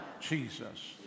Jesus